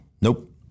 Nope